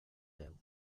deu